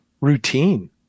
routine